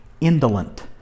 indolent